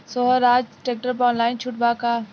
सोहराज tractor पर online छूट बा का?